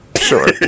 Sure